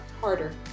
harder